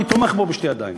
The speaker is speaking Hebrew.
אני תומך בו בשתי ידיים,